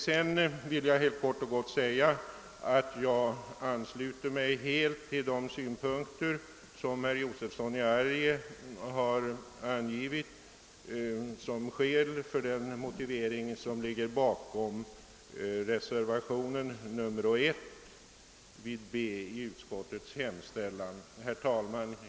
Sedan vill jag kort och gott säga att jag helt ansluter mig till de skäl som herr Josefson i Arrie har anfört som motivering för reservation nr I vid B i utskottets hemställan. Herr talman!